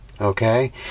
okay